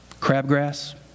crabgrass